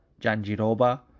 Janjiroba